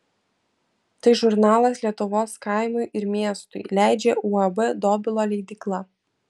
tai žurnalas lietuvos kaimui ir miestui leidžia uab dobilo leidykla